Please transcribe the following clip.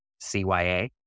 CYA